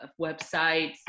websites